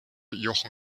jochen